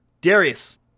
Darius